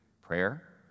prayer